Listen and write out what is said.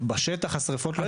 בשטח השרפות לא מאתמול.